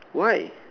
why